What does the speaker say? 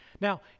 Now